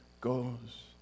goes